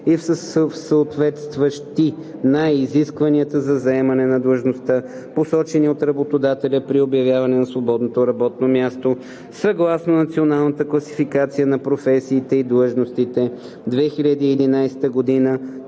и съответстващи на изискванията за заемане на длъжността, посочени от работодателя при обявяване на свободното работно място, съгласно Националната класификация на професиите и длъжностите, 2011 г.